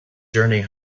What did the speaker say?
journey